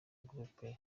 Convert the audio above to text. groupe